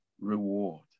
reward